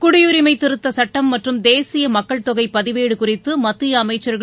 குடியுரிமைதிருத்தசட்டம் மற்றும் தேசியமக்கள்தொகைதிவேடுகுறித்துமத்தியஅமைச்சா்கள்